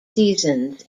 seasons